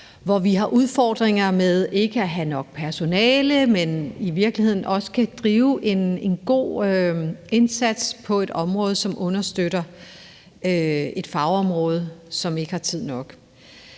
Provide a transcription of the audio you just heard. vi har udfordringer med ikke at have nok personale. De kan i virkeligheden også gøre en god indsats på det område og understøtte et fagpersonale, som ikke har tid nok.